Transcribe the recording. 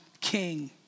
king